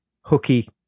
hooky